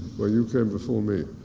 well, you came before me.